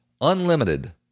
unlimited